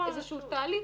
איזשהו תהליך